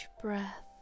breath